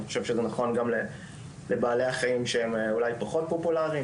אני חושב שזה נכון גם לבעלי החיים שהם אולי פחות פופולאריים,